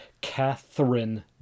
Catherine